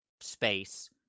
space